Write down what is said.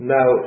Now